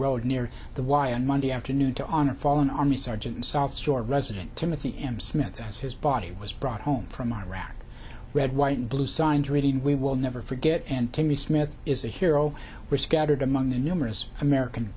road near the y on monday afternoon to honor fallen army sergeant south shore resident timothy m smith as his body was brought home from iraq red white and blue signs reading we will never forget and timmy smith is a hero were scattered among the numerous american